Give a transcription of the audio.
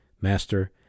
master